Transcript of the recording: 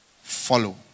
follow